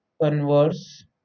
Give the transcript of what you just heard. Converse